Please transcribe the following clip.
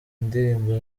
indirimbo